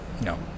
No